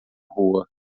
rua